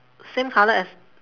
same colour as